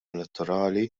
elettorali